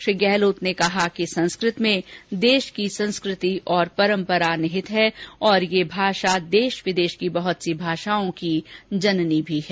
श्री गहलोत ने कहा कि संस्कृत में देश की संस्कृति और परम्परा निहित रही है और ये भाषा देश विदेश की बहत सी भाषाओं की जननी भी है